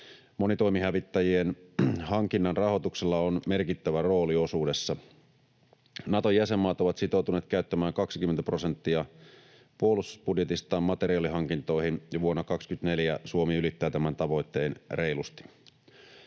Monitoimihävittäjien hankinnan rahoituksella on merkittävä rooli osuudessa. Naton jäsenmaat ovat sitoutuneet käyttämään 20 prosenttia puolustusbudjetistaan materiaalihankintoihin, ja vuonna 24 Suomi ylittää tämän tavoitteen reilusti.